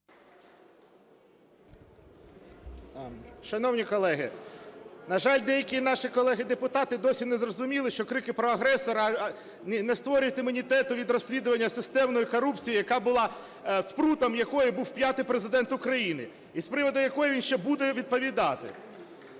Шановні колеги, на жаль, деякі наші колеги-депутати досі не зрозуміли, що крики про агресора не створюють імунітету від розслідування системної корупції, яка була, спрутом якої був п'ятий Президент України і з приводу якої він ще буде відповідати.